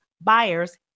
buyers